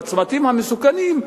בצמתים המסוכנים,